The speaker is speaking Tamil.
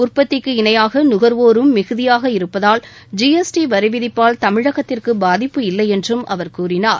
உற்பத்திக்கு இணையாக நுகர்வோரும் மிகுதியாக இருப்பதால் ஜி எஸ் டி வரி விதிப்பால் தமிழகத்திற்கு பாதிப்பு இல்லை என்றும் அவர் கூறினார்